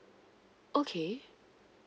okay